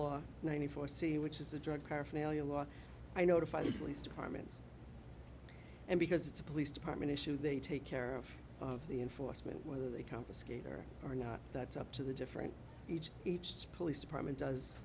law ninety four c which is the drug paraphernalia law i notify the police departments and because it's a police department issue they take care of the enforcement whether they confiscate or or not that's up to the different each each police department does